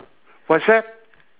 what's that